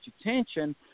attention